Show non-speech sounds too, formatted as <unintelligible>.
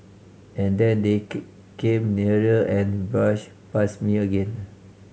and then they <unintelligible> came nearer and brush past me again